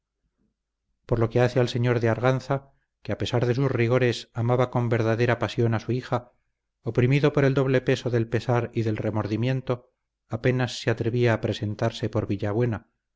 por lo que hace al señor de arganza que a pesar de sus rigores amaba con verdadera pasión a su hija oprimido por el doble peso del pesar y del remordimiento apenas se atrevía a presentarse por